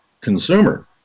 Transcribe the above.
consumer